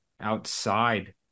outside